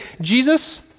Jesus